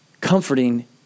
comforting